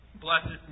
Blessed